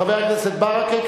חבר הכנסת ברכה,